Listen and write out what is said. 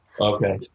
Okay